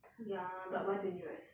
ya but why dangerous